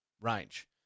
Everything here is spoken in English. range